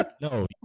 no